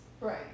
Right